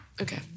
Okay